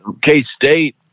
K-State